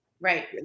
Right